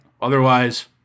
Otherwise